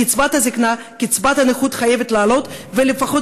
קצבת הזיקנה וקצבת הנכות חייבות לעלות ולפחות